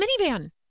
minivan